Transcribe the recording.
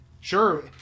sure